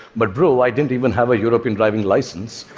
but bro, i didn't even have a european driving license.